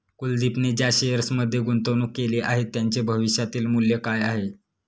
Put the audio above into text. कुलदीपने ज्या शेअर्समध्ये गुंतवणूक केली आहे, त्यांचे भविष्यातील मूल्य काय आहे?